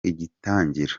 igitangira